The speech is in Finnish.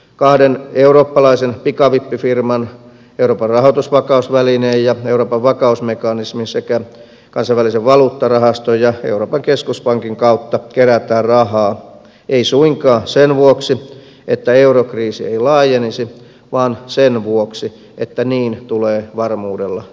kahden eurooppalaisen pikavippifirman euroopan rahoitusvakausvälineen ja euroopan vakausmekanismin sekä kansainvälisen valuuttarahaston ja euroopan keskuspankin kautta kerätään rahaa ei suinkaan sen vuoksi että eurokriisi ei laajenisi vaan sen vuoksi että niin tulee varmuudella tapahtumaan